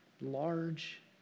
large